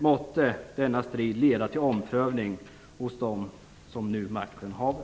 Måtte denna strid leda till omprövning hos dem som nu makten haver.